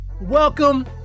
Welcome